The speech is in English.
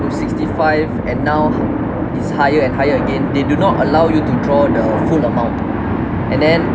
to sixty five and now it's higher and higher again they do not allow you to draw the full amount and then